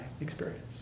experience